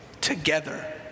together